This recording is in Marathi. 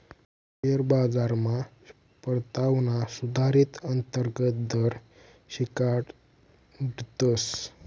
शेअर बाजारमा परतावाना सुधारीत अंतर्गत दर शिकाडतस